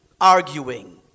arguing